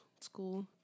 school